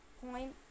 point